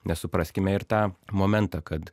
nes supraskime ir tą momentą kad